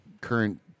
current